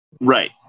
Right